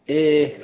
ए